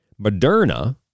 Moderna